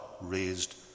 raised